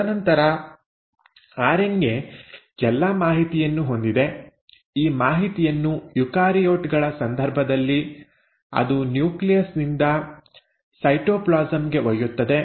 ತದನಂತರ ಆರ್ಎನ್ಎ ಎಲ್ಲಾ ಮಾಹಿತಿಯನ್ನು ಹೊಂದಿದೆ ಈ ಮಾಹಿತಿಯನ್ನು ಯುಕಾರಿಯೋಟ್ ಗಳ ಸಂದರ್ಭದಲ್ಲಿ ಅದು ನ್ಯೂಕ್ಲಿಯಸ್ ನಿಂದ ಸೈಟೋಪ್ಲಾಸಂ ಗೆ ಒಯ್ಯುತ್ತದೆ